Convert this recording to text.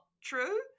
true